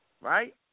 right